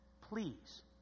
Please